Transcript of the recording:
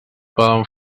poden